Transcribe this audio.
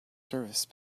service